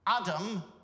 Adam